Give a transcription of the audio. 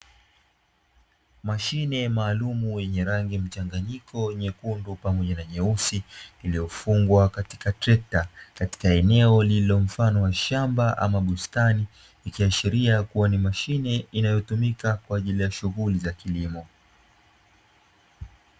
Mashine maalumu yenye rangi mchanganyiko nyekundu pamoja na nyeusi, iliyofugwa katika trekta, katika eneo lililo mfano wa shamba ama bustañi, ikiashiria kuwa ni mashine inayotumika kwa ajili ya shughuli za kilimo.